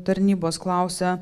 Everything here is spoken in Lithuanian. tarnybos klausia